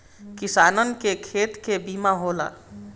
किसानन के खेत के बीमा होला